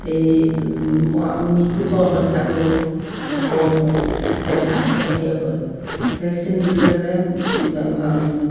এই মৃতকৰ সংখ্যাটো কম হয় বেমাৰ কমকৈ হয় ভেকচিন দিলে মানে